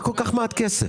מה כל כך מעט כסף?